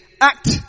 act